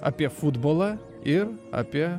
apie futbolą ir apie